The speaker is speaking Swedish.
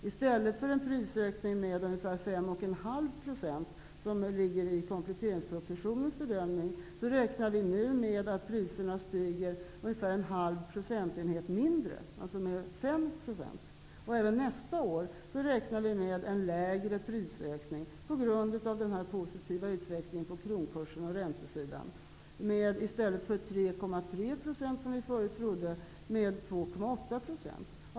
I stället för en prisökning med ungefär 5,5 %, som ligger i kompletteringspropositionens bedömning, räknar vi nu med att priserna kommer att stiga med ungefär en halv procentenhet mindre, dvs. med 5 %. Även nästa år räknar vi, på grund av den positiva utvecklingen i fråga om kronkursen och räntorna, med en lägre prisökning -- i stället för en prisökning med 3,3 %, som vi förut trodde skulle bli fallet, räknar vi nu med 2,8 %.